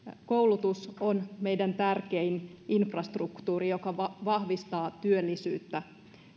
koulutus on meidän tärkein infrastruktuurimme joka vahvistaa työllisyyttä